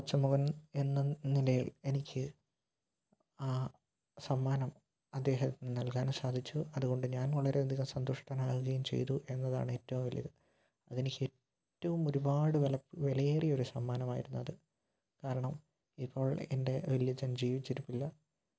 കൊച്ചുമകൻ എന്ന നിലയിൽ എനിക്ക് ആ സമ്മാനം അദ്ദേഹം നല്കാൻ സാധിച്ചു അതുകൊണ്ട് ഞാൻ വളരെയധികം സന്തുഷ്ടനാകുകയും ചെയ്തു എന്നതാണ് ഏറ്റവും വലുത് അതെനിക്ക് ഏറ്റവും ഒരുപാട് വില പ് വിലയേറിയ ഒരു സമ്മാനമായിരുന്നത് കാരണം ഇപ്പോൾ എന്റെ വലിയച്ഛൻ ജീവിച്ചിരിപ്പില്ല